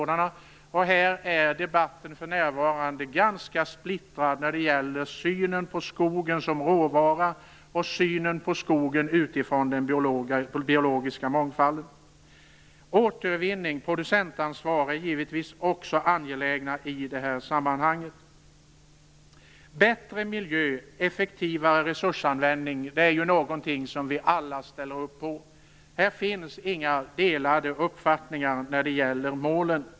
Debatten är för närvarande ganska splittrad när det gäller synen på skogen som råvara och synen på skogen utifrån den biologiska mångfalden. Återvinning och producentansvar är givetvis också angelägna i detta sammanhang. Bättre miljö och effektivare resursanvändning är någonting som vi alla ställer upp på. Här finns inga delade uppfattningar när det gäller målen.